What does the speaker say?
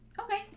Okay